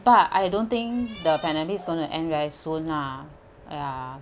but I don't think the pandemic is going to end very soon lah ya